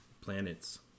planets